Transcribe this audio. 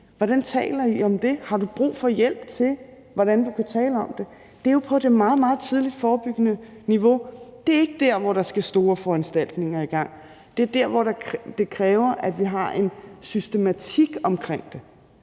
Hvordan taler I om det? Har du brug for hjælp til, hvordan du kan tale om det? Det er jo på det meget, meget tidlige forebyggende niveau. Det er ikke der, hvor der skal store foranstaltninger i gang, men det er der, hvor det kræver, at vi har en systematik omkring det.